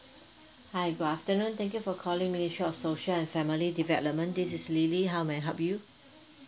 hi good afternoon thank you for calling ministry of social and family development this is lily how may I help you